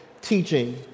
teaching